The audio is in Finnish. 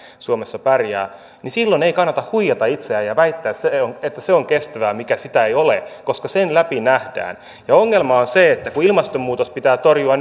suomessa pärjäävät niin silloin ei kannata huijata itseään ja väittää että se on kestävää mikä sitä ei ole koska sen läpi nähdään ongelma on kun ilmastonmuutos pitää torjua